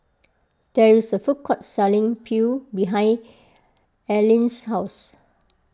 there is a food court selling Pho behind Arline's house